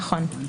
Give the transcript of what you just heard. נכון.